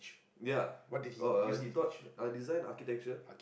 ya oh uh he taught design and architecture